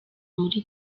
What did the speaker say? muri